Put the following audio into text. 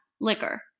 Liquor